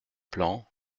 plan